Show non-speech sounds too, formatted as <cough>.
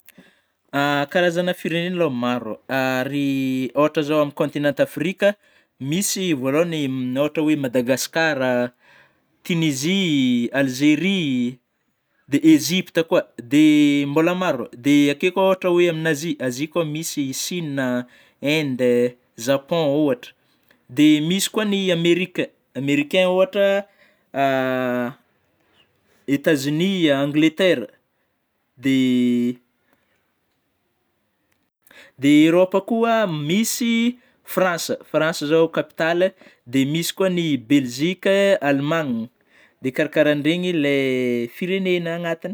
<hesitation> karazana firenena alôha maro, <hesitation> ary ôhatry zao amin'ny kôntinanta Afrique misy vôalôhany <hesitation> ôhatry oe Madagasikara, Tunisie, Algerie ,dia Egypte koa de mbola maro, de key koa ôhatry oe amin'gna Azia, Azia koa misy Chine, Inde, Japon ohatra, de misy koa ny Amerika Americain ôhatra <hesitation> Etazonia, Angletera de <noise> de Eropa koa misy France, France zao kapitaly de misy koa ny Belgika, Alimagina de karakarandreny ilay firenena agnatiny.